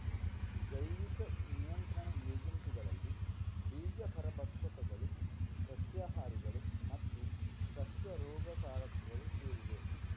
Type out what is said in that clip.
ಜೈವಿಕ ನಿಯಂತ್ರಣ ಏಜೆಂಟುಗಳಲ್ಲಿ ಬೀಜ ಪರಭಕ್ಷಕಗಳು, ಸಸ್ಯಹಾರಿಗಳು ಮತ್ತು ಸಸ್ಯ ರೋಗಕಾರಕಗಳು ಸೇರಿವೆ